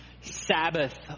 Sabbath